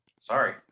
Sorry